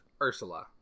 Ursula